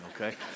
okay